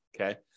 Okay